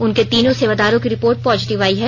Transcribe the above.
उनके तीनों सेवादारों की रिपोर्ट पॉजिटिव आयी है